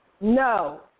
No